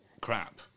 crap